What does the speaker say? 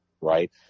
right